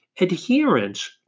adherence